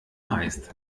heißt